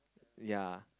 ya